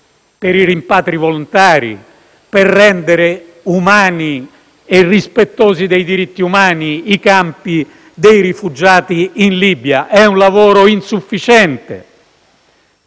per i rimpatri volontari e rendere umani e rispettosi dei diritti umani i campi dei rifugiati in Libia. È un lavoro insufficiente.